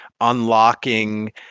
unlocking